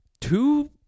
two